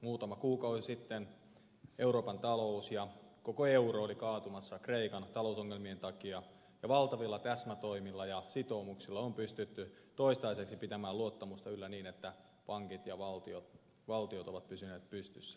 muutama kuukausi sitten euroopan talous ja koko euro oli kaatumassa kreikan talousongelmien takia ja valtavilla täsmätoimilla ja sitoumuksilla on pystytty toistaiseksi pitämään luottamusta yllä niin että pankit ja valtiot ovat pysyneet pystyssä